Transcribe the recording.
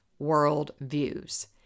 worldviews